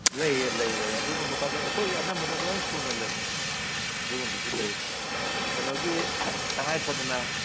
ꯂꯩꯌꯦ ꯂꯩꯌꯦ ꯂꯩ ꯑꯗꯨꯒꯨꯝꯕꯀꯥꯁꯨ ꯑꯩꯈꯣꯏꯗ ꯑꯅꯝꯕꯅ ꯂꯣꯏꯅ ꯁꯨꯅ ꯂꯩ ꯑꯗꯨꯒꯨꯝꯕꯁꯨ ꯂꯩ ꯀꯩꯅꯣꯒꯤ ꯇꯉꯥꯏꯐꯗꯅ